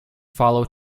follow